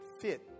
fit